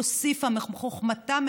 הוסיפה מחוכמתה,